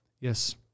Yes